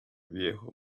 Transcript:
viejo